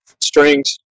strings